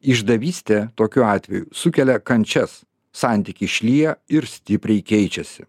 išdavystė tokiu atveju sukelia kančias santykiai šlyja ir stipriai keičiasi